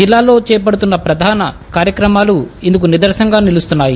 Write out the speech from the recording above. జిల్లాలో చేపడుతున్న పధాన కార్యక్రమాలు ఇందుకు నిదర్భనంగా నిలుస్తున్నాయి